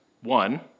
one